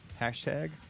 hashtag